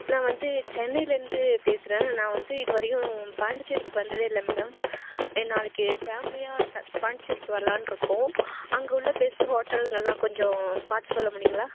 நான் வந்து சென்னைலேர்ந்து பேசுகிறேன் நான் வந்து இது வரைக்கும் பாண்டிச்சேரிக்கு வந்ததே இல்லை மேடம் ஏ நாளைக்கு ஃபேமிலியாக த பாண்டிச்சேரிக்கு வரலான்னு இருக்கோம் அங்கே உள்ள பெஸ்ட்டு ஹோட்டல்கள் எல்லாம் கொஞ்சம் பார்த்து சொல்ல முடியுங்களா